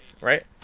right